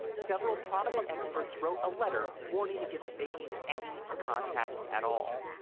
several prominent experts wrote a letter warning against making any contact at all.